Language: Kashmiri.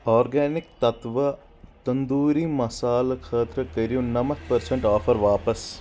آرگینِک تتوا تٔنٛدوٗری مسالہٕ خٲطرٕ کٔرِو نَمَتھ پٔرسَنٹ آفر واپس